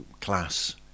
class